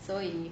所以